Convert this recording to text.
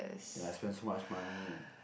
and I spend so much money and